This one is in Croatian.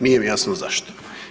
Nije mi jasno zašto.